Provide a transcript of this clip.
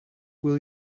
will